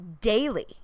daily